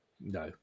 No